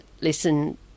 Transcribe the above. listen